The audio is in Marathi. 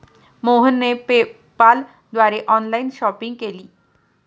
मोहनने पेपाल द्वारे ऑनलाइन शॉपिंग केली